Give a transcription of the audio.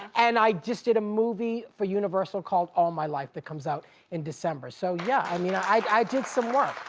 and i just did a movie for universal called, all my life, that comes out in december, so yeah. i mean, i i did some